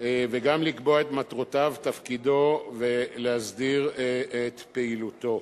וגם לקבוע את מטרותיו ותפקידו ולהסדיר את פעילותו.